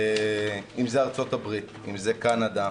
אם זה ארצות הברית, קנדה,